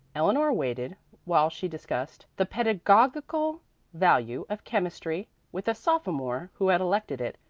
eleanor waited while she discussed the pedagogical value of chemistry with a sophomore who had elected it,